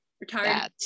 retired